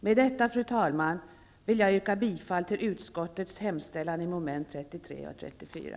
Fru talman! Med detta vill jag yrka bifall till utskottets hemställan i mom. 33 och 34.